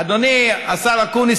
אדוני השר אקוניס,